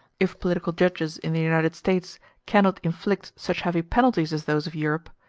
if political judges in the united states cannot inflict such heavy penalties as those of europe,